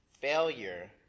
failure